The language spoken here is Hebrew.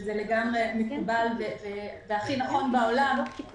שזה לגמרי מקובל והכי נכון בעולם,